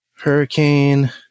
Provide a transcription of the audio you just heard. Hurricane